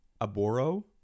Aboro